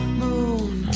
moon